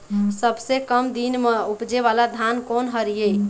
सबसे कम दिन म उपजे वाला धान कोन हर ये?